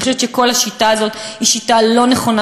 אני חושבת שכל השיטה הזאת היא שיטה לא נכונה,